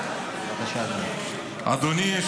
בבקשה, אדוני.